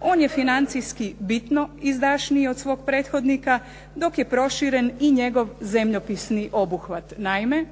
on je financijski bitno izdašniji od svog prethodnika, dok je proširen i njegov zemljopisni obuhvat. Naime,